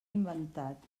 inventat